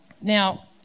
Now